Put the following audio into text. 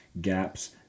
gaps